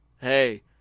hey